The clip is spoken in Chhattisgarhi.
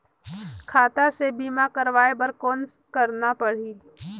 खाता से बीमा करवाय बर कौन करना परही?